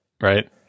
right